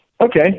Okay